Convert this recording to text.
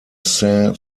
saint